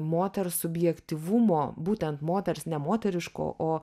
moters subjektyvumo būtent moters ne moteriško o